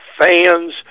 fans